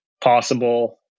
possible